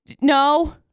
no